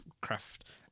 craft